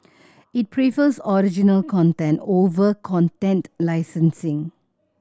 it prefers original content over content licensing